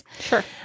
Sure